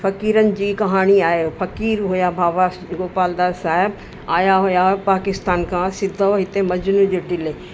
फ़क़ीरनि जी कहाणी आहे फ़क़ीर हुआ बाबा गोपालदास साहिबु आया हुआ पाकिस्तान खां सिधो हिते मजनू जे टीले